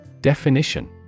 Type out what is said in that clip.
Definition